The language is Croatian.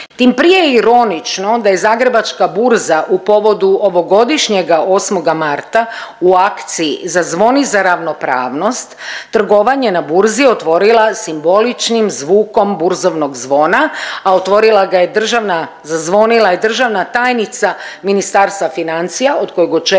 Tim prije je ironično da je Zagrebačka burza u povodu ovogodišnjega 8. marta u akciji „Zazvoni za ravnopravnost trgovanje na burzi otvorila simboličnim zvukom burzovnog zvona, a otvorila ga je državna, zazvonila je državna tajnica Ministarstva financija od kojeg očekujemo,